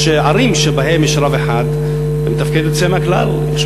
יש ערים שבהן יש רב אחד שמתפקד יוצא מן הכלל.